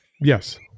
Yes